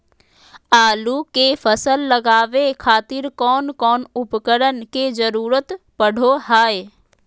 आलू के फसल लगावे खातिर कौन कौन उपकरण के जरूरत पढ़ो हाय?